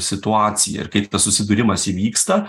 situacija ir kaip tas susidūrimas įvyksta